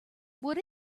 what